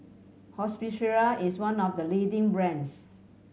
Hospicare is one of the leading brands